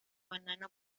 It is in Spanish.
banano